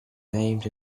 named